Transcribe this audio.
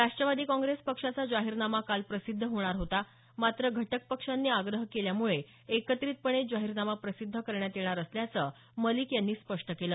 राष्ट्रवादी काँग्रेस पक्षाचा जाहीरनामा काल प्रसिद्ध होणार होता मात्र घटक पक्षांनी आग्रह केल्यामुळे एकत्रितपणेच जाहीरनामा प्रसिद्ध करण्यात येणार असल्याचं मलिक यांनी स्पष्ट केलं